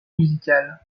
musicale